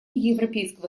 европейского